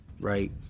right